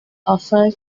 offer